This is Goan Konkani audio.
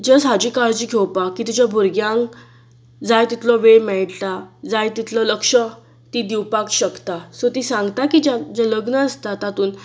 जस्ट हाची काळजी घेवपाक तिज्या भुरग्यांक जाय तितलो वेळ मेळटा जाय तितलो लक्ष्य ती दिवपाक शकता सो ती सांगता की जें लग्न आसता तातून